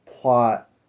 plot